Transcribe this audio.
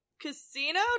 Casino